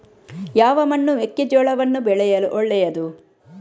ಯಾವ ಮಣ್ಣು ಮೆಕ್ಕೆಜೋಳವನ್ನು ಬೆಳೆಯಲು ಒಳ್ಳೆಯದು?